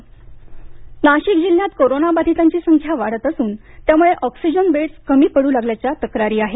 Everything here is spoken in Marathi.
ऑक्सीजन बेड नाशिक जिल्ह्यात कोरोना बाधीतांची संख्या वाढत असून त्यामुळे ऑक्सिजन बेडस कमी पडु लागल्याच्या तक्रारी आहेत